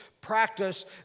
practice